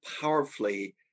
powerfully